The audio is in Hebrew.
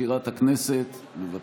מזכירת הכנסת, בבקשה.